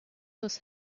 was